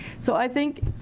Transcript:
so i think,